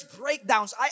breakdowns